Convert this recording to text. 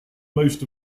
most